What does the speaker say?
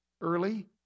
early